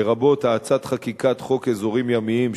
לרבות האצת חקיקת חוק אזורים ימיים,